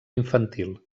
infantil